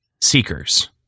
Seekers